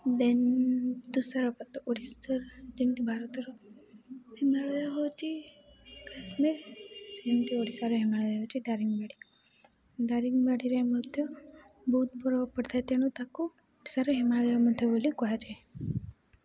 ଦେନ୍ ତୁଷାରପାତ ଓଡ଼ିଶାର ଯେମିତି ଭାରତର ହିମାଳୟ ହେଉଛି କାଶ୍ମୀର ସେମିତି ଓଡ଼ିଶାର ହିମାଳୟ ହେଉଛି ଦାରିଙ୍ଗବାଡ଼ି ଦାରିଙ୍ଗବାଡ଼ିରେ ମଧ୍ୟ ବହୁତ ବରଫ ପଡ଼ିଥାଏ ତେଣୁ ତାକୁ ଓଡ଼ିଶାର ହିମାଳୟ ମଧ୍ୟ ବୋଲି କୁହାଯାଏ